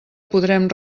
podrem